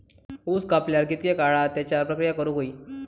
ऊस कापल्यार कितके काळात त्याच्यार प्रक्रिया करू होई?